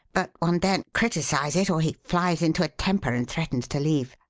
but one daren't criticise it or he flies into a temper and threatens to leave.